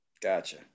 Gotcha